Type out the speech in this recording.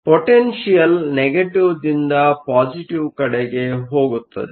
potential ನೆಗೆಟಿವ್ದಿಂದ positive ಕಡೆಗೆ ಹೊಗುತ್ತದೆ